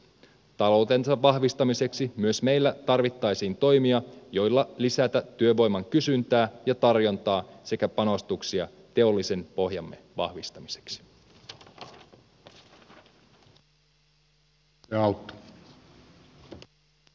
talouden vahvistamiseksi myös meillä tarvittaisiin toimia joilla lisätä työvoiman kysyntää ja tarjontaa sekä panostuksia teollisen pohjamme vahvistamiseksi